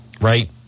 right